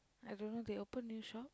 I don't know they open new shop